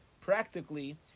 Practically